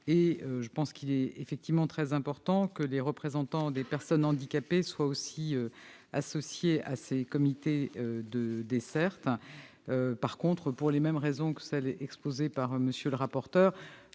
je pense qu'il est en effet très important que les représentants des personnes handicapées soient aussi associés à ces comités de suivi des dessertes. En revanche, pour les mêmes raisons que celles exposées par M. le rapporteur,